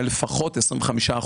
היו לפחות 25%,